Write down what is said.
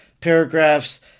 Paragraphs